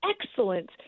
excellent